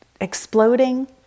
exploding